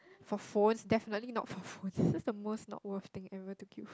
for phones definitely not for phones that's the most not worth thing ever to queue